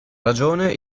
ragione